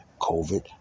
COVID